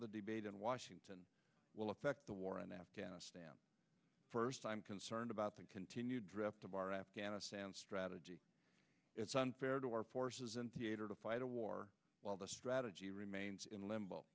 the debate in washington will affect the war in afghanistan first i'm concerned about the continued drift of our afghanistan strategy it's unfair to our forces in theater to fight a war while the strategy remains in limbo